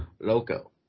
Loco